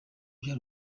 bya